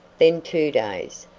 then two days,